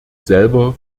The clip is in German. selber